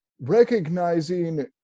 recognizing